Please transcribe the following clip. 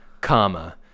comma